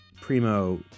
primo